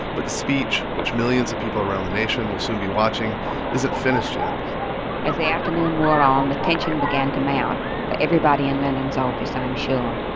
but the speech, which millions of people around the nation will soon be watching isn't finished yet as the afternoon wore on, the tension began to mount for everybody in lyndon's office, i'm sure.